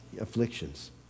afflictions